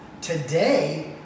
Today